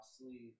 sleeve